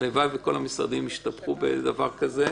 הלוואי שכל המשרדים ישתבחו בדבר כזה,